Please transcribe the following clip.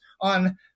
on